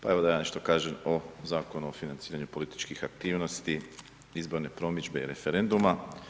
Pa evo da ja nešto kažem o Zakonu o financiranju političkih aktivnosti, izborne promidžbe i referenduma.